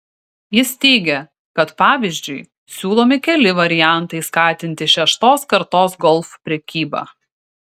jis teigia kad pavyzdžiui siūlomi keli variantai skatinti šeštos kartos golf prekybą